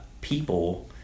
people